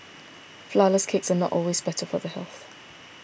Flourless Cakes are not always better for the health